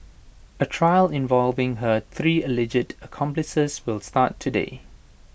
A trial involving her three alleged accomplices will start today